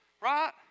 right